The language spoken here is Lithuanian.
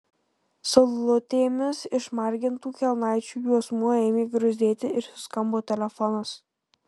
saulutėmis išmargintų kelnaičių juosmuo ėmė gruzdėti ir suskambo telefonas